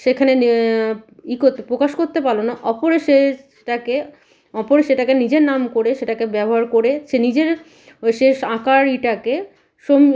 সেখানে না ই করতে প্রকাশ করতে পারলো না অপরে সে সেটাকে ওপরে সেটাকে নিজের নাম করে সেটাকে ব্যবহার করে সে নিজের অ শেষ আঁকার এটাকে সোম